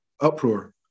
uproar